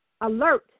alert